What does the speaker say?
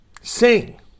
Sing